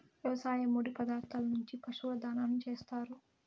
వ్యవసాయ ముడి పదార్థాల నుంచి పశువుల దాణాను చేత్తారు